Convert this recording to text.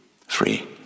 Free